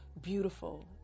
beautiful